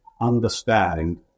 Understand